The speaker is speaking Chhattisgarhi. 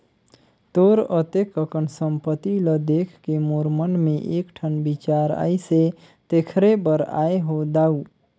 तोर अतेक अकन संपत्ति ल देखके मोर मन मे एकठन बिचार आइसे तेखरे बर आये हो दाऊ